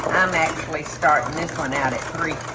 i'm actually starting this one out at three